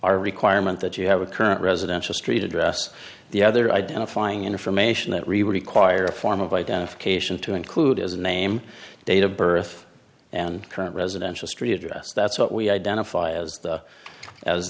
our requirement that you have a current residential street address the other identifying information that we would require a form of identification to include as a name date of birth and current residential street address that's what we identify as the as